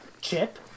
Chip